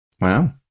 Wow